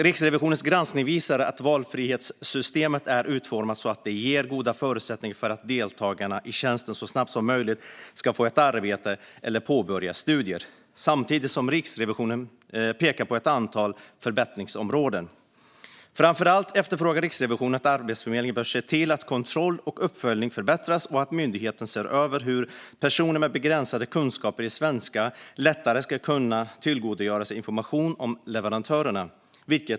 Riksrevisionens granskning visar att valfrihetssystemet är utformat så att det ger goda förutsättningar för att deltagarna i tjänsten så snabbt som möjligt ska få ett arbete eller påbörja studier, samtidigt som Riksrevisionen pekar på ett antal förbättringsområden. Framför allt efterfrågar Riksrevisionen att Arbetsförmedlingen ser till att kontroll och uppföljning förbättras och att myndigheten ser över hur personer med begränsade kunskaper i svenska lättare ska kunna tillgodogöra sig information om leverantörerna.